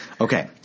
Okay